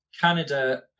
Canada